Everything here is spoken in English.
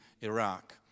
Iraq